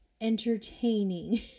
entertaining